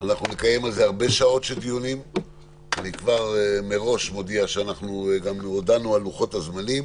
אנחנו נקיים על זה דיונים ממושכים וכבר הודענו מראש על לוחות הזמנים.